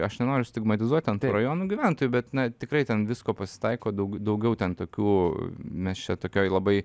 aš nenoriu stigmatizuot ten tų rajonų gyventojų bet na tikrai ten visko pasitaiko daug daugiau ten tokių mes čia tokioj labai